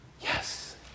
Yes